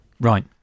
Right